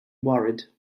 worried